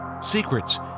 Secrets